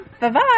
Bye-bye